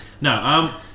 No